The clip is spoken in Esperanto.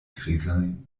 grizajn